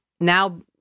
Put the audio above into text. now